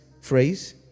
phrase